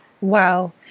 Wow